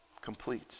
Complete